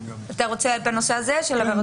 בנושא הזה.